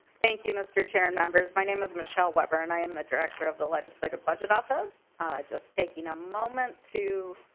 thank you. mister chair and members my name is michelle weather and i'm the director of the legislative budget ah just taking a moment to.